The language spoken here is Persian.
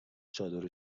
چادر